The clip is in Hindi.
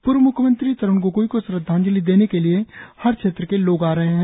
पूर्व म्ख्यमंत्री तरुण गोगोई को श्रद्वांजलि देने के लिए हर क्षेत्र के लोग आ रहे हैं